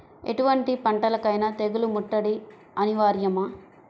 ఎటువంటి పంటలకైన తెగులు ముట్టడి అనివార్యమా?